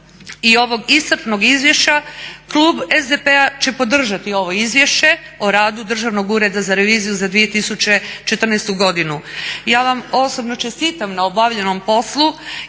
i ovog iscrpnog izvješća klub SDP-a će podržati ovo Izvješće o radu Državnog ureda za reviziju za 2014. godinu. Ja vam osobno čestitam na obavljenom poslu